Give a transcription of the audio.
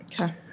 Okay